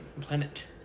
planet